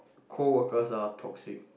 coworkers are toxic